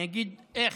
אני אגיד איך,